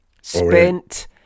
spent